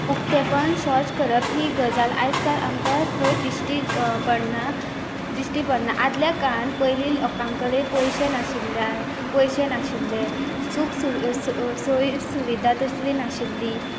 उक्तेपण शौच करप ही गजाल आयज काल आमकां खंय दिश्टी पडना दिश्टी पडना आदल्या काळार पयलीं लोकां कडेन पयशे नाशिल्ल्या पयशे नाशिल्ले स सु सु सुविधा तशी नाशिल्ली